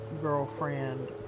girlfriend